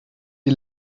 die